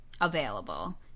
available